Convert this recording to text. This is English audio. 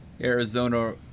Arizona